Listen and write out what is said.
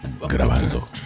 Grabando